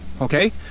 Okay